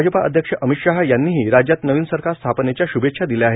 भाजपा अध्यक्ष अभित शहा यांनीही राज्यात नवीन सरकार स्थापनेच्या श्भेच्छा दिल्या आहेत